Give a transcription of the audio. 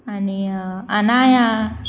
आनी अनाया